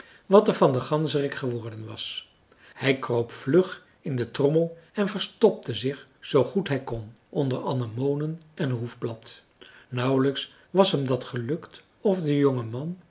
wat er van den ganzerik geworden was hij kroop vlug in de trommel en verstopte zich zoo goed hij kon onder anemonen en hoefblad nauwelijks was hem dat gelukt of de jongeman